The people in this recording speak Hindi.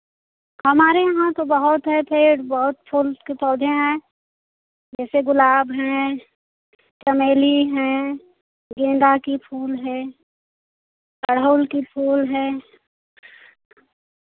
हमारे यहाँ तो बहुत हैं पेड़ बहुत फूल के पौधे हैं जैसे गुलाब हैं चमेली हैं गेंदा के फूल हैं गुड़हल के फूल हैं